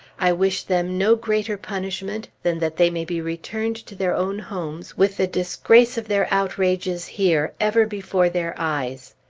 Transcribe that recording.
i wish them no greater punishment than that they may be returned to their own homes, with the disgrace of their outrages here ever before their eyes.